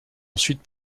ensuite